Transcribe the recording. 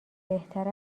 بهتر